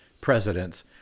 presidents